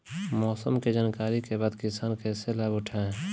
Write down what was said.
मौसम के जानकरी के बाद किसान कैसे लाभ उठाएं?